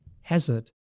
hazard